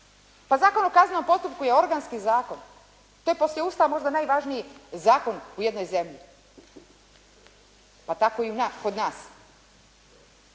Pa Zakon o kaznenom postupku je organski zakon. To je poslije Ustava možda najvažniji zakon … /Govornik se ne razumije./ … pa tako i kod nas.